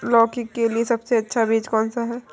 लौकी के लिए सबसे अच्छा बीज कौन सा है?